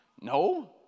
No